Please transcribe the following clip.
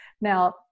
Now